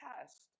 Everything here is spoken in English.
test